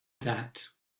that